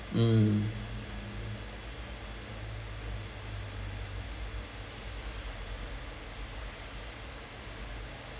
mm